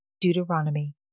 Deuteronomy